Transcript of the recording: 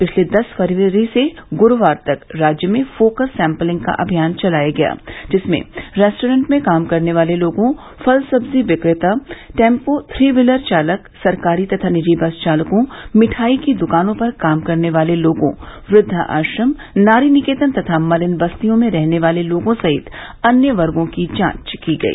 पिछले दस फरवरी से गुरूवार तक राज्य में फोकस सैम्पलिंग का अभियान चलाया गया जिसमें रेस्टोरेंट में काम करने वाले लोगों फल सब्जी विक्रेता टेम्पों थ्री व्हीलर चालक सरकारी तथा निजी बस चालकों मिठाई की दुकानों पर काम करने वाले लोगों वृद्वा आश्रम नारी निकेतन तथा मलिन बस्तियों में रहने वाले लोगों सहित अन्य वर्गो की जांच की गई